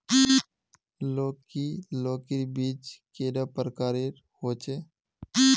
लौकी लौकीर बीज कैडा प्रकारेर होचे?